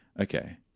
okay